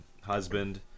husband